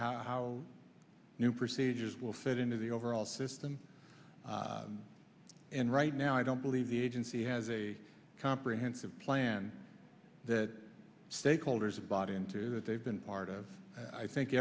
how new procedures will fit into the overall system and right now i don't believe the agency has a comprehensive plan that stakeholders have bought into that they've been part of i think